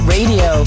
Radio